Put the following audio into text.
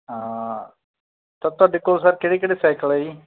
ਤ ਤੁਹਾਡੇ ਕੋਲ ਸਰ ਕਿਹੜੇ ਕਿਹੜੇ ਸਾਈਕਲ ਆ ਜੀ